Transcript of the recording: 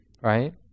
right